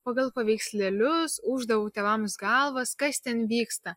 pagal paveikslėlius ūždavau tėvams galvas kas ten vyksta